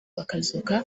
bakazuka